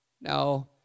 no